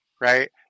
right